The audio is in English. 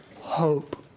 hope